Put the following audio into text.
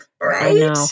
Right